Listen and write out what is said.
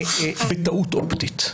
בטעות אופטית.